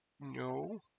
No